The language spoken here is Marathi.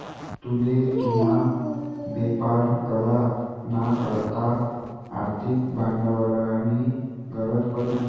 तुले तुना बेपार करा ना करता आर्थिक भांडवलनी गरज पडी